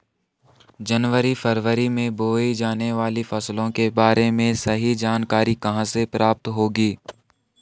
जनवरी फरवरी में बोई जाने वाली फसलों के बारे में सही जानकारी कहाँ से प्राप्त होगी?